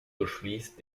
durchfließt